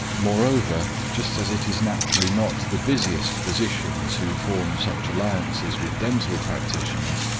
moreover, just as it is naturally not the busiest physicians who form such alliances with dental practitioners,